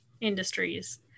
industries